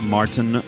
Martin